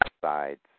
sides